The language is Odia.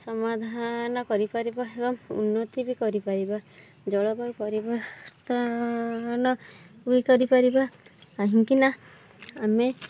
ସମାଧାନ କରିପାରିବା ଏବଂ ଉନ୍ନତି ବି କରିପାରିବା ଜଳବାୟୁ ପରିବର୍ତ୍ତନ ବି କରିପାରିବା କାହିଁକି ନା ଆମେ